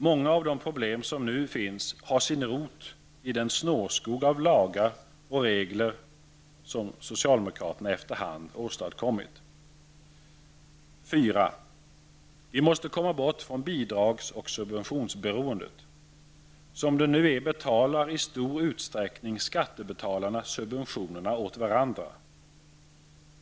Många av de problem som nu finns har sin rot i den snårskog av lagar och regler som socialdemokraterna efter hand åstadkommit. 4. Vi måste komma bort från bidrags och subventionsberoendet. Som det nu är betalar i stor utsträckning skattebetalarna subventionerna åt varandra.